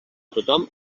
tothom